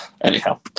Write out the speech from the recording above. anyhow